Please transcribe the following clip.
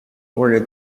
order